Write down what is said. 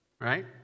right